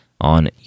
on